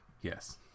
Yes